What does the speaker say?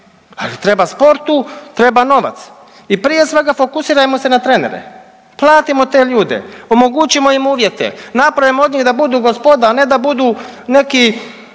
Ali treba sportu, treba novac. I prije svega fokusirajmo se na trenere. Platimo te ljude, omogućimo im uvjete, napravimo od njih da budu gospoda, a ne da budu neki